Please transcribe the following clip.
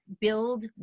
build